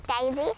Daisy